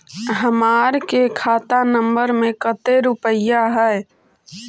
हमार के खाता नंबर में कते रूपैया है?